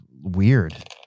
weird